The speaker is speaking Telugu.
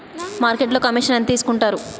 మార్కెట్లో కమిషన్ ఎంత తీసుకొంటారు?